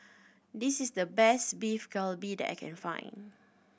this is the best Beef Galbi that I can find